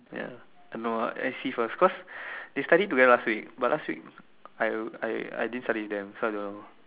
ya I know ah eh see first because they study together last week but last week I I didn't study with them so I don't know